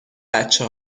بچه